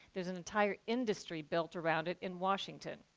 there's an entire industry built around it in washington.